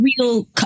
real